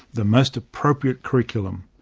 the most appropriate curriculum.